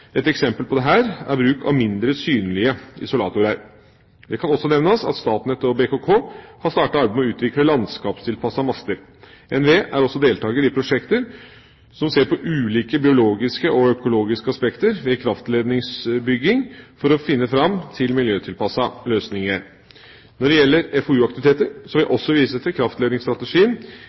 Et eksempel på dette er bruk av mindre synlige isolatorer. Det kan også nevnes at Statnett og BKK har startet arbeid med å utvikle landskapstilpassede master. NVE er også deltaker i prosjekter som ser på ulike biologiske og økologiske aspekter ved kraftledningsbygging, for å finne fram til miljøtilpassede løsninger. Når det gjelder FoU-aktiviteter, vil jeg også vise til